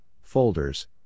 folders